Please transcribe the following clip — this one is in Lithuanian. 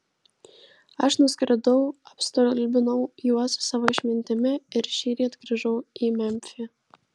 aš nuskridau apstulbinau juos savo išmintimi ir šįryt grįžau į memfį